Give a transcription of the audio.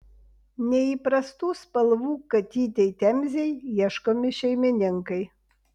neįprastų spalvų katytei temzei ieškomi šeimininkai